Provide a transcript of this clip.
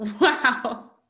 Wow